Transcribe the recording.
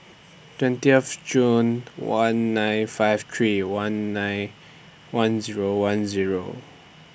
twentieth Jul one nine five three one nine one Zero one Zero